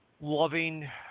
loving